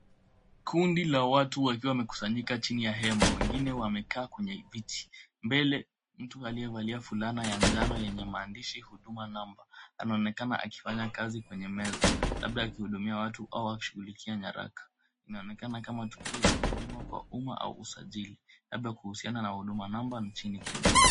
Kundi la watu wakiwa wamekusanyika chini ya hema na wengine wamekaa kwenye viti. Mbele mtu aliyevalia fulana ya njano yenye maandishi Huduma Namba anaonekana akifanya kazi kwenye meza, labda akihudumia watu au akishughulikia nyaraka. Inaonekana kama tukio la huduma kwa umma au usajili, labda kuhusiana na Huduma Namba nchini Kenya.